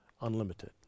unlimited